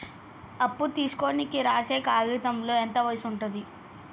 అప్పు తీసుకోనికి రాసే కాయితంలో ఎంత వయసు ఉంటది?